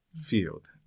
field